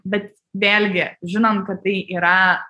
bet vėlgi žinom kad tai yra